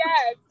Yes